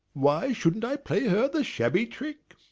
why shouldn't i play her this shabby trick?